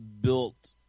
built